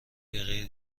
دقیقه